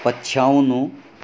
पछ्याउनु